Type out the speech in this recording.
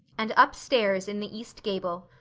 and up-stairs, in the east gable,